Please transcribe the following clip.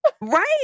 Right